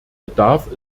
bedarf